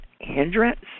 hindrance